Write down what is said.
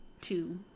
two